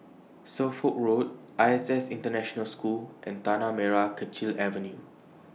Suffolk Road I S S International School and Tanah Merah Kechil Avenue